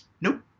nope